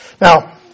Now